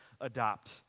adopt